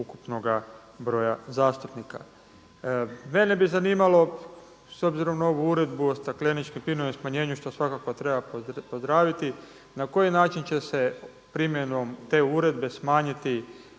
ukupnoga broja zastupnika. Mene bi zanimalo s obzirom na ovu uredbu o stakleničkim plinovima i smanjenju, što svakako treba pozdraviti, na koji način će se primjenom te uredbe smanjiti